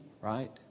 right